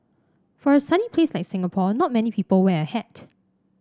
for a sunny place like Singapore not many people wear a hat